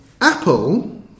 Apple